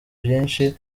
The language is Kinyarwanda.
byinshi